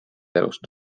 elust